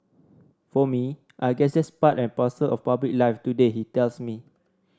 for me I guess that's part and parcel of public life today he tells me